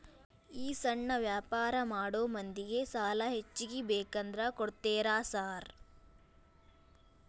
ಈ ಸಣ್ಣ ವ್ಯಾಪಾರ ಮಾಡೋ ಮಂದಿಗೆ ಸಾಲ ಹೆಚ್ಚಿಗಿ ಬೇಕಂದ್ರ ಕೊಡ್ತೇರಾ ಸಾರ್?